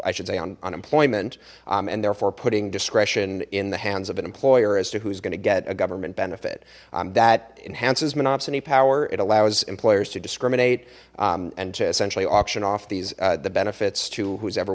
i should say on unemployment and therefore putting discretion in the hands of an employer as to who's going to get a government benefit that enhances monopsony power it allows employers to discriminate and to essentially auction off these the benefits to who's ever